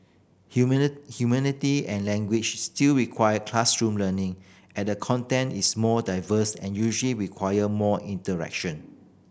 humanity and languages still require classroom learning at the content is more diverse and usually require more interaction